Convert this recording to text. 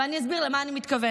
אני אסביר למה אני מתכוונת.